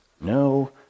no